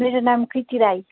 मेरो नाम कृति राई